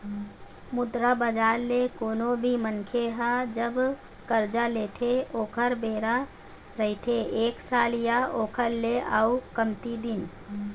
मुद्रा बजार ले कोनो भी मनखे ह जब करजा लेथे ओखर बेरा रहिथे एक साल या ओखर ले अउ कमती दिन